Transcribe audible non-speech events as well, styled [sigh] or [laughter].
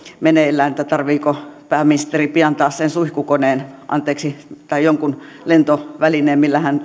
meneillään tarvitseeko pääministeri pian taas sen suihkukoneen tai jonkun lentovälineen millä hän [unintelligible]